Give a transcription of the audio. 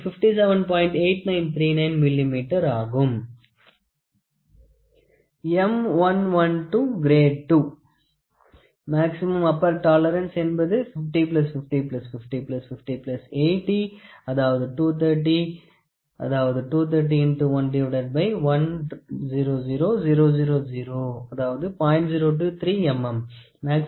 8939 மில்லிமீட்டராகும்